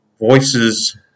voices